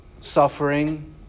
suffering